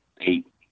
eight